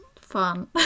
fun